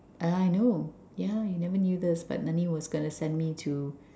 I know yeah you never knew this but was gonna send me to